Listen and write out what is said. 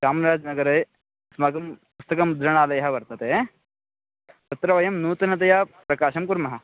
चामराजनगरे अस्माकं पुस्तकमुद्रणालयः वर्तते तत्र वयं नूतनतया प्रकाशं कुर्मः